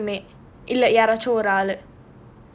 ரெண்டு பேருமே இல்ல யாருச்சும் ஒரு ஆளு:rendu perumae illa yaarachum oru aalu